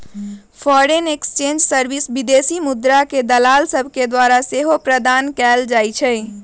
foreign exchange service विदेशी मुद्राके दलाल सभके द्वारा सेहो प्रदान कएल जाइ छइ